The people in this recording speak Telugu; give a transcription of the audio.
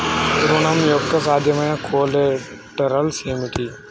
ఋణం యొక్క సాధ్యమైన కొలేటరల్స్ ఏమిటి?